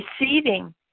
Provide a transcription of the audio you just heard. receiving